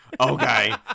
Okay